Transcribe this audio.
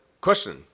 question